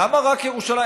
למה רק ירושלים?